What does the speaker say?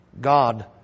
God